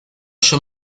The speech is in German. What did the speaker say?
schon